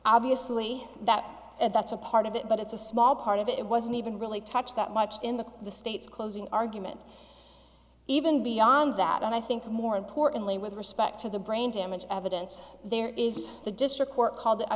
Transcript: obviously that that's a part of it but it's a small part of it wasn't even really touched that much in the the state's closing argument even beyond that and i think more importantly with respect to the brain damage evidence there is the district court called i